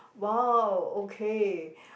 !wow! okay